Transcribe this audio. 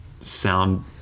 sound